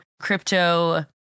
crypto